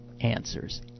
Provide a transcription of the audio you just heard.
answers